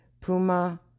puma